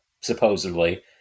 supposedly